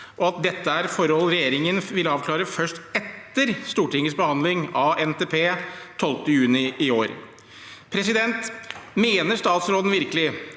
og at dette er forhold regjeringen vil avklare først etter Stortingets behandling av NTP 12. juni i år. Mener statsråden at